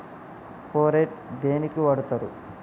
Phorate దేనికి వాడుతరు?